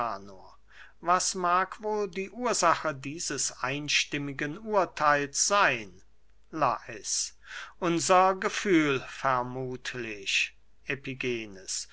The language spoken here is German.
was mag wohl die ursache dieses einstimmigen urtheils seyn lais unser gefühl